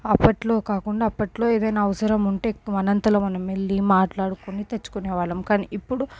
అప్పట్లో కాకుండా అప్పట్లో ఏదైనా అవసరం ఉంటే మన అంతలో మనము వెళ్ళి మాట్లాడుకుని తెచ్చుకునే వాళ్ళం కానీ ఇప్పుడు